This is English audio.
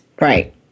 Right